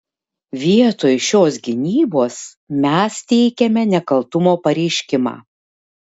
vietoj šios gynybos mes teikiame nekaltumo pareiškimą